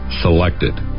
Selected